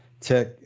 tech